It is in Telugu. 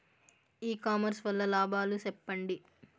ఇ కామర్స్ వల్ల లాభాలు సెప్పండి?